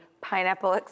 pineapple